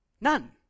None